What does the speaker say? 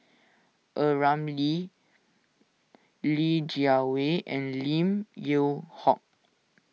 A Ramli Li Jiawei and Lim Yew Hock